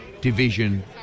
division